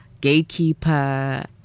gatekeeper